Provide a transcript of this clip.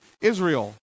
Israel